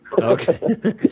Okay